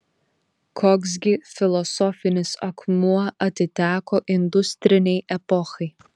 koks gi filosofinis akmuo atiteko industrinei epochai